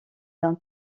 d’un